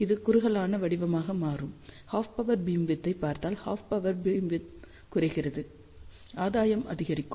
இது குறுகலான வடிவமாக மாறும் ஹாஃப் பவர் பீம்விட்த் ஐப் பார்த்தால் ஹாஃப் பவர் பீம்விட்த் குறைகிறது ஆதாயம் அதிகரிக்கும்